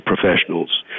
professionals